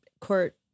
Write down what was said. court